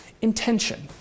Intention